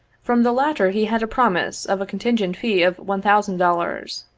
from the latter he had a promise of a contingent fee of one thousand dollars.